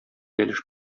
бәлеш